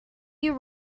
you